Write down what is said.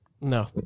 No